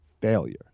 Failure